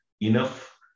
enough